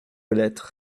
lettre